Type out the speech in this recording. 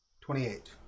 Twenty-eight